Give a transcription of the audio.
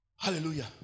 Hallelujah